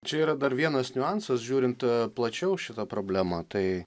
čia yra dar vienas niuansas žiūrint plačiau šitą problemą tai